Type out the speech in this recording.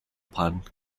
plant